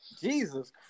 Jesus